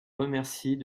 remercie